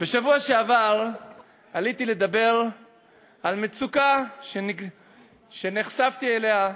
בשבוע שעבר עליתי לדבר על מצוקה שנחשפתי אליה,